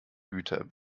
güter